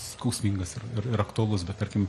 skausmingas ir ir aktualus bet tarkim